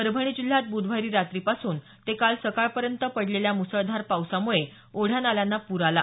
परभणी जिल्ह्यात बुधवारी रात्रीपासून ते काल सकाळपर्यंत पडलेल्या मुसळधार पावसामुळे ओढ्या नाल्यांना पूर आला